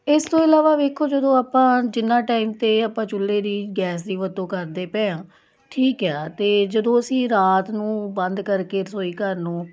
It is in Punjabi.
ਇਸ ਤੋਂ ਇਲਾਵਾ ਵੇਖੋ ਜਦੋਂ ਆਪਾਂ ਜਿੰਨਾ ਟਾਈਮ ਤਾਂ ਆਪਾਂ ਚੁੱਲ੍ਹੇ ਦੀ ਗੈਸ ਦੀ ਵਰਤੋਂ ਕਰਦੇ ਪਏ ਹਾਂ ਠੀਕ ਆ ਅਤੇ ਜਦੋਂ ਅਸੀਂ ਰਾਤ ਨੂੰ ਬੰਦ ਕਰਕੇ ਰਸੋਈ ਘਰ ਨੂੰ